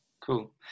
cool